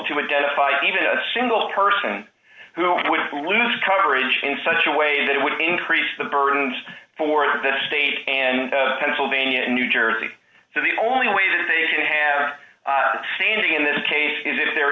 to identify even a single person who would lose coverage in such a way that it would increase the burdens for the state and pennsylvania new jersey so the only way that they could have seen it in this case is if the